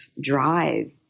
drive